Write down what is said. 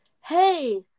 Hey